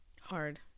Hard